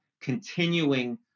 continuing